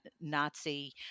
Nazi